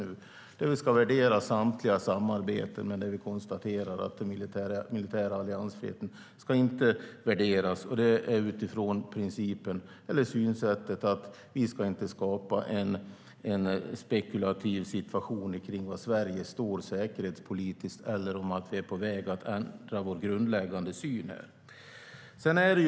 Wallmark själv har varit delaktig i arbetet med förutsättningarna. I utredningen ska samtliga samarbeten värderas. Men vi har konstaterat att den militära alliansfriheten inte ska värderas, utifrån att vi inte ska skapa en spekulativ situation om var Sverige står säkerhetspolitiskt eller om att vi är på väg att ändra vår grundläggande syn på det.